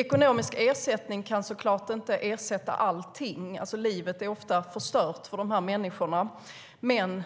Ekonomisk ersättning kan såklart inte ersätta allting; livet är ofta förstört för de här människorna. Men